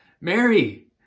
Mary